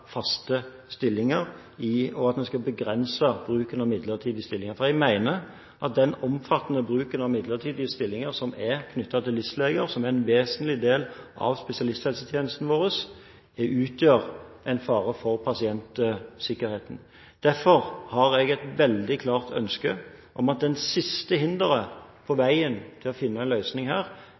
faste stillinger, og at man skal begrense bruken av midlertidige stillinger. For jeg mener at den omfattende bruken av midlertidige stillinger som er knyttet til listeleger, som er en vesentlig del av spesialisthelsetjenesten vår, utgjør en fare for pasientsikkerheten. Derfor har jeg et veldig klart ønske om å fjerne det siste hinderet på veien til å finne en løsning her,